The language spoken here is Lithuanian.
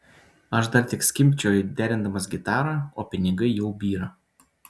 aš dar tik skimbčioju derindamas gitarą o pinigai jau byra